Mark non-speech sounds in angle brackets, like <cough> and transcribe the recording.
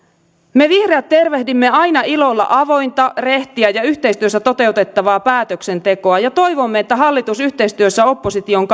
me vihreät tervehdimme aina ilolla avointa rehtiä ja yhteistyössä toteutettavaa päätöksentekoa ja toivomme että hallitus yhteistyössä opposition <unintelligible>